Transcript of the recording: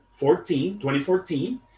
2014